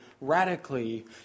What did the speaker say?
radically